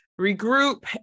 regroup